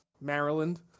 Maryland